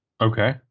Okay